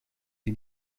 sie